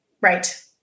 Right